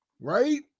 Right